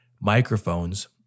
microphones